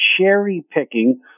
cherry-picking